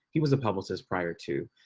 he was a publicist prior to.